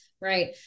Right